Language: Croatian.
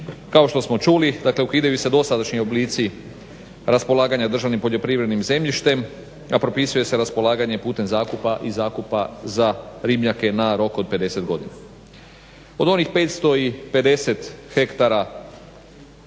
Kao što smo čuli, dakle ukidaju se dosadašnji oblici raspolaganja državnim poljoprivrednim zemljištem, a propisuje se raspolaganje putem zakupa i zakupa za ribnjake na rok od 50 godina. Od onih 550 hektara